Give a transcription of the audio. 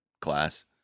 class